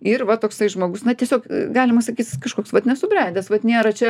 ir va toksai žmogus na tiesiog galima sakyt jis kažkoks vat nesubrendęs vat nėra čia